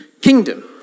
kingdom